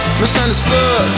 misunderstood